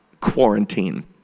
quarantine